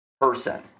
person